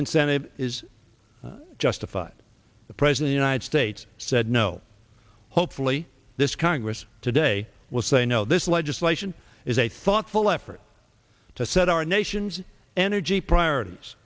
incentive is justified the president united states said no hopefully this congress today will say no this legislation is a thoughtful effort to set our nation's energy priorities